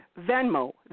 Venmo